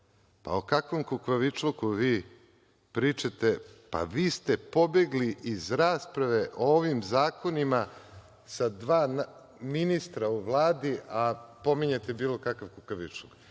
A o kakvom kukavičluku vi pričate? Pa, vi ste pobegli iz rasprave o ovim zakonima sa dva ministra u Vladi, a pominjete bilo kakav kukavičluk.